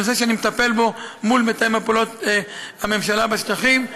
זה נושא שאני מטפל בו מול מתאם פעולות הממשלה בשטחים.